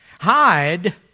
Hide